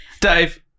Dave